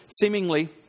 seemingly